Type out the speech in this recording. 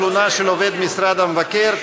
תלונה של עובד משרד המבקר),